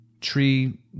tree